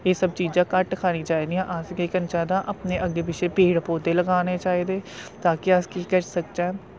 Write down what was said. एह् सब चीजां घट्ट खानियां चाहिदियां अस केह् करना चाहिदा अपने अग्गे पिछे पेड़ पौधे लगाने चाहिदे ताकि अस किश करी सकचै